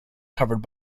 covered